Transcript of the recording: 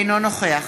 אינו נוכח